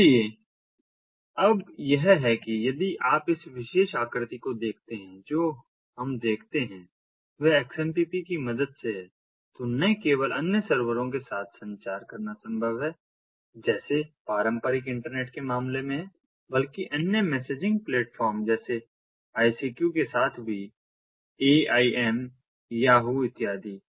इसलिए अब यह है कि यदि आप इस विशेष आकृति को देखते हैं जो हम देखते हैं वह XMPP की मदद से है तो न केवल अन्य सर्वरों के साथ संचार करना संभव है जैसे पारंपरिक इंटरनेट के मामले में बल्कि अन्य मैसेजिंग प्लेटफ़ॉर्म जैसे ICQआई सी क्यू के साथ भी ए आई एम याहू इत्यादि